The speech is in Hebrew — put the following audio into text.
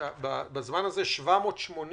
ובזמן הזה יש 780